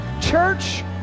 church